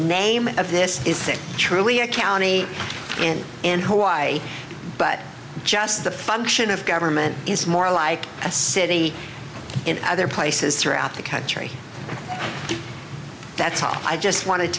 name of this is a truly a county and in hawaii but just the function of government is more like a city in other places throughout the country that's all i just wanted